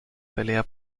pelea